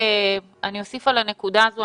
אני אוסיף על הנקודה הזאת.